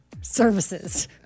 services